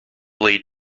lay